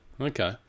Okay